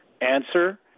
Answer